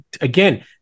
again